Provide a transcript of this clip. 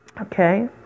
okay